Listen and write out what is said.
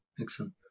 Excellent